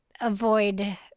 avoid